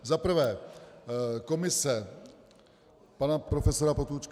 Za prvé komise pana profesora Potůčka.